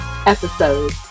episode